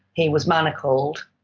he was manacled,